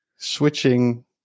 Switching